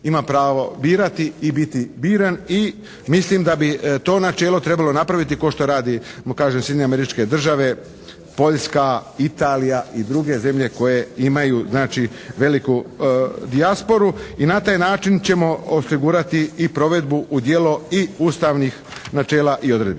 ima pravo birati i biti biran i mislim da bi to načelo trebalo napraviti kao što radi kažem Sjedinjene Američke Države, Poljska, Italija i druge zemlje koje imaju znači veliku dijasporu. I na taj način ćemo i osigurati i provedbu u djelo i ustavnih načela i odredbi.